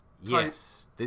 Yes